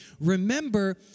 remember